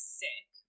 sick